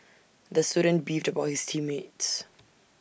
the student beefed about his team mates